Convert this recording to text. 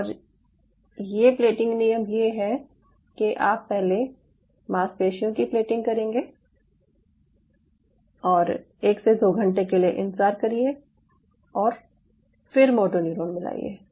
और प्लेटिंग नियम ये है कि आप पहले मांसपेशियों की प्लेटिंग करिये और 1 से 2 घंटे के लिए इंतज़ार करिये और फिर मोटर न्यूरॉन मिलाइये